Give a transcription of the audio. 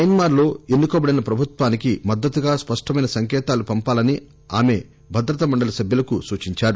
Myanmar లో ఎన్నుకోబడిన ప్రభుత్వానికి మద్దతుగా స్పష్టమైన సంకేతాలు పంపాలని ఆమె భద్రతా మండలీ సభ్యులకు సూచించారు